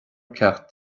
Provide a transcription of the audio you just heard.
ceacht